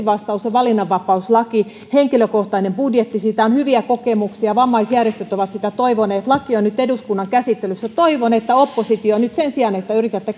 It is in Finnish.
vastaus on valinnanvapauslaki henkilökohtainen budjetti siitä on hyviä kokemuksia vammaisjärjestöt ovat sitä toivoneet laki on nyt eduskunnan käsittelyssä toivon että oppositiosta sen sijaan että yritätte